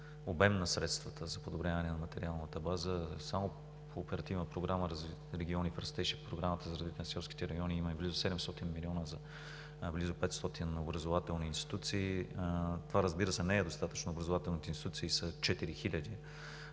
обем на средствата за подобряване на материалната база. Само по Оперативна програма „Региони в растеж“ и Програмата за развитие на селските райони имаме близо 700 милиона за близо 500 образователни институции. Това, разбира се, не е достатъчно – образователните институции са 4